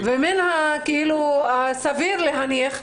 ומן הסביר להניח,